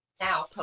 now